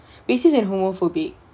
racist and homophobic